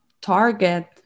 target